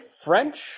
French